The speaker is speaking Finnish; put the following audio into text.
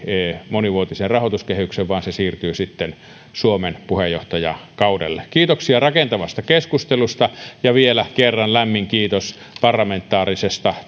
monivuotisen rahoituskehyksen vaan se siirtyy sitten suomen puheenjohtajakaudelle kiitoksia rakentavasta keskustelusta ja vielä kerran lämmin kiitos parlamentaarisesta